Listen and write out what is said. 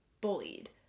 bullied